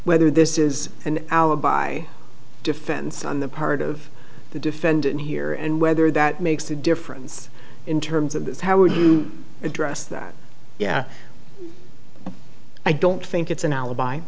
whether this is an alibi defense on the part of the defendant here and whether that makes a difference in terms of how would you address that yeah i don't think it's an alibi